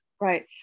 Right